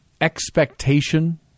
expectation